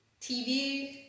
TV